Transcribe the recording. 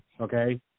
Okay